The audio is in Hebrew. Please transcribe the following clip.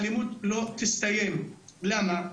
האלימות לא תסתיים למה?